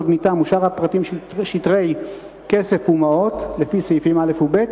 תבניתם ושאר הפרטים של שטרי כסף ומעות לפי סעיפים (א) ו-(ב),